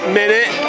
minute